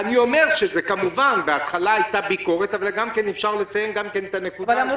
אני אומר שבהתחלה הייתה ביקורת -- אבל אמרו לנו שיהיו 30,000,